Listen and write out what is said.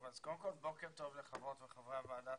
קודם כל, בוקר טוב לחברות וחברי הוועדה.